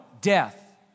death